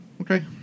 Okay